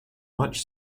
much